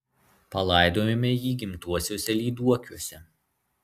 palaidojome jį gimtuosiuose lyduokiuose